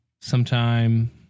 Sometime